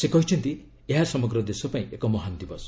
ସେ କହିଛନ୍ତି ଏହା ସମଗ୍ର ଦେଶ ପାଇଁ ଏକ ମହାନ ଦିବସ